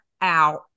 out